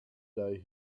day